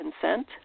consent